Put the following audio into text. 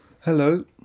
Hello